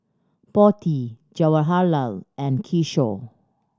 Potti Jawaharlal and Kishore